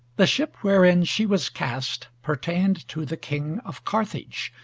the ship wherein she was cast pertained to the king of carthage,